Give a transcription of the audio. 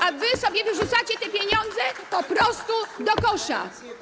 A wy sobie wyrzucacie te pieniądze po prostu do kosza.